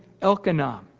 Elkanah